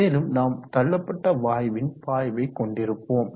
மேலும் நாம் தள்ளப்பட்ட வாயுவின் பாய்வை கொண்டிருப்போம்